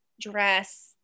dress